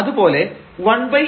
അതുപോലെ 1n